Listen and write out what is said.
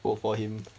oh for him